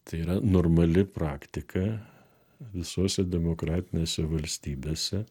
tai yra normali praktika visose demokratinėse valstybėse